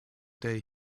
day